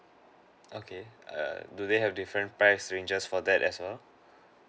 okay err do they have different price ranges for that as well